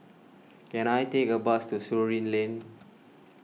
can I take a bus to Surin Lane